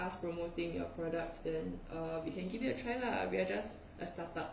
us promoting your products then err we can give it a try lah we are just a startup